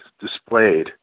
displayed